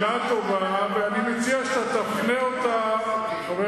טובה, ואני מציע שתפנה אותה, באמת.